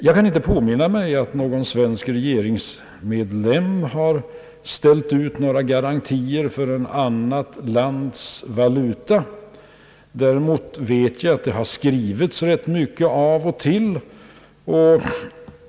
Jag kan inte påminna mig att någon svensk regeringsledamot har lämnat några garantier för ett annat lands valuta. Däremot vet jag att det har skrivits rätt mycket i denna fråga av och till.